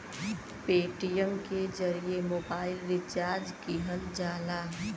Paytm के जरिए mobile recharge किहल जाला